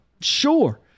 Sure